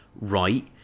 right